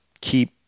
keep